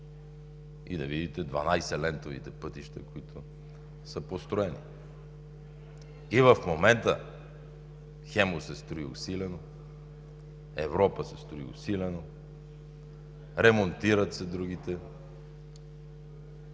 И да видите 12-лентовите пътища, които са построени. И в момента „Хемус“ се строи усилено, „Европа“ се строи усилено, ремонтират се другите,